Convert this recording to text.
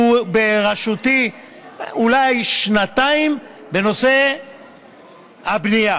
שהוא בראשותי אולי שנתיים, בנושא הבנייה.